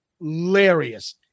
Hilarious